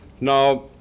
Now